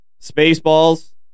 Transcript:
Spaceballs